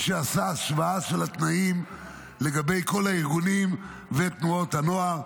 שעשה השוואה של התנאים לגבי כל הארגונים ותנועות הנוער,